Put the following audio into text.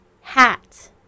Hat